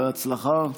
בהצלחה.